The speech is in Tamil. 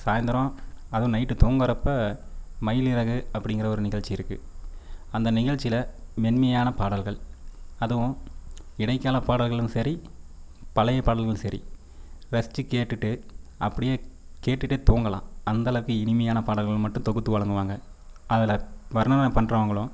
சாய்ந்தரம் அதுவும் நைட்டு தூங்குறப்போ மயில் இறகு அப்டிங்கிற ஒரு நிகழ்ச்சி இருக்கு அந்த நிகழ்ச்சியில் மென்மையான பாடல்கள் அதுவும் இடைக்கால பாடல்களும் சரி பழைய பாடல்களும் சரி ரசிச்சி கேட்டுட்டு அப்படியே கேட்டுட்டே தூங்கலாம் அந்தளவுக்கு இனிமையான பாடல்கள் மட்டும் தொகுத்து வழங்குவாங்க அதில் வர்ணனை பண்றவங்களும்